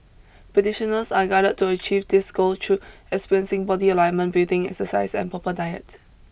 practitioners are guided to achieve this goal through experiencing body alignment breathing exercise and proper diet